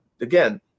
again